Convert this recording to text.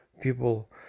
people